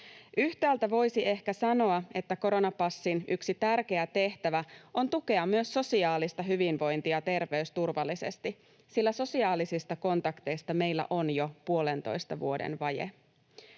Yhtäältä voisi ehkä sanoa, että koronapassin yksi tärkeä tehtävä on tukea myös sosiaalista hyvinvointia terveysturvallisesti, sillä sosiaalisista kontakteista meillä on jo puolentoista vuoden vaje.